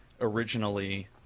originally